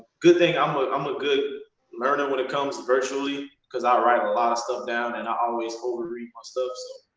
good thing i'm ah um a good learner when it comes virtually cuz i write a lot of stuff down and i always over read my stuff, so.